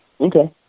Okay